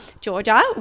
Georgia